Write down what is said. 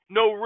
No